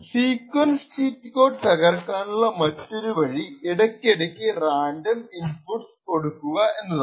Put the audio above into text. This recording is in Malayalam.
സീക്വൻസ് ചീറ്റ് കോഡ് തകർക്കാനുള്ള മറ്റോരു വഴി ഇടയ്ക്കിടയ്ക്ക് റാൻഡം ഇന്പുട്ട്സ് ഇൻസേർട്ട് ചെയ്യുക എന്നതാണ്